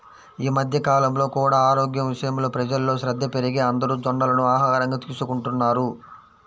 ఈ మధ్య కాలంలో కూడా ఆరోగ్యం విషయంలో ప్రజల్లో శ్రద్ధ పెరిగి అందరూ జొన్నలను ఆహారంగా తీసుకుంటున్నారు